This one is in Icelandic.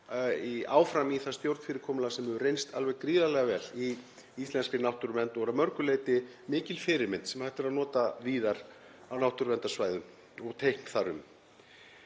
áfram með það stjórnfyrirkomulag sem hefur reynst alveg gríðarlega vel í íslenskri náttúruvernd og er að mörgu leyti mikil fyrirmynd sem hægt er að nota víðar á náttúruverndarsvæðum, og teikn þar um.